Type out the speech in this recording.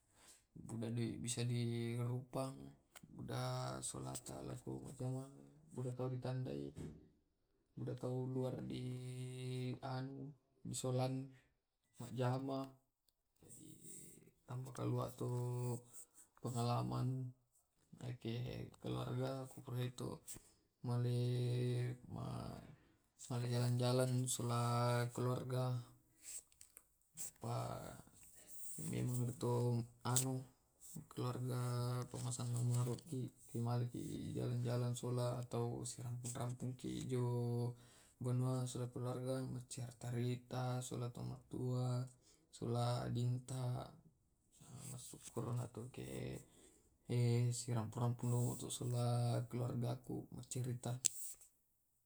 Jamangku, sola keluargaku, silo kande iyatu bisa masennang to.